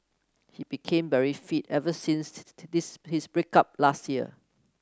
he became very fit ever since this his break up last year